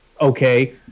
Okay